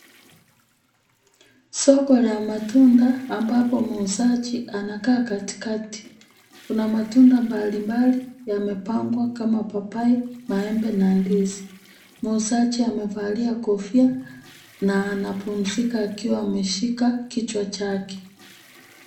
Soko la matunda ambapo muuzaji anakaa katikati. Kuna matunda mbalimbali yamepangwa kama papai, maembe na ndizi. Muuzaji amevalia kofia na anapumzika akiwa ameshika kichwa chake.